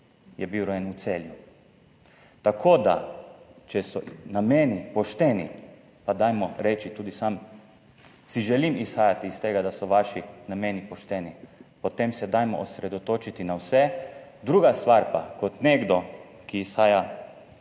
je bil rojen v Celju. Če so nameni pošteni, pa dajmo reči, tudi sam si želim izhajati iz tega, da so vaši nameni pošteni, potem se dajmo osredotočiti na vse. Druga stvar pa, kot nekdo, ki izhaja